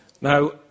Now